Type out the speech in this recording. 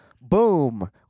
Boom